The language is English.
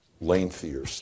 lengthier